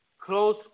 close